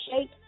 shake